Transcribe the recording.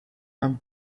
and